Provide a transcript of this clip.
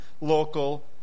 local